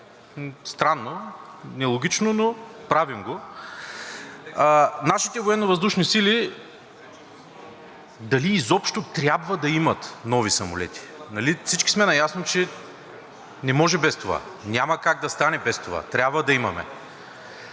Странно, нелогично, но правим го. Дали нашите Военновъздушни сили изобщо трябва да имат нови самолети. Нали всички сме наясно, че не може без това, няма как да стане без това. Трябва да имаме.